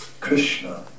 krishna